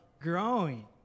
growing